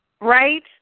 right